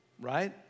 right